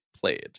played